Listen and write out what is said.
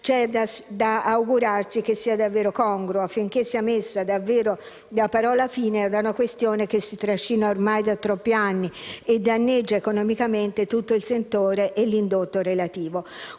c'è da augurarsi che sia davvero congruo affinché sia messa davvero la parola «fine» a una questione che si trascina ormai da troppi anni e danneggia economicamente tutto il settore e l'indotto relativo.